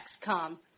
come